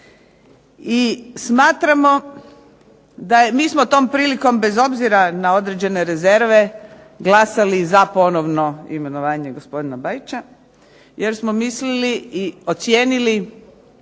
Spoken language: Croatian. I smatramo da je, mi smo tom prilikom bez obzira na određene rezerve, glasali za ponovno imenovanje gospodina Bajića, jer smo mislili i ocijenili